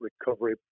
recovery